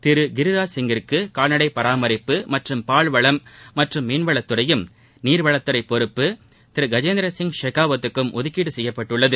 திரு கிரிராஜ் சிங்கிற்கு கால்நடை பராமரிப்பு மற்றும் பால்வளம் மற்றும் மீன்வளத்துறையும் நீர்வளத்துறை பொறுப்பு திரு கஜேந்திரசிங் ஷெகாவத்துக்கும் ஒதுக்கீடு செய்யப்பட்டுள்ளது